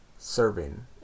Serving